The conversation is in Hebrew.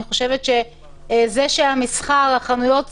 אני חושבת שזה שהמסחר, החנויות סגורות,